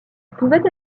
pouvait